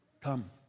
Come